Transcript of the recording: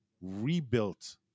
rebuilt